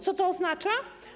Co to oznacza?